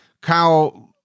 Kyle